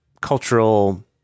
cultural